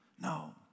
no